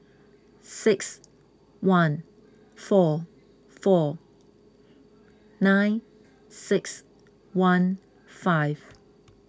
six one four four nine six one five